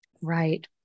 Right